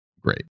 great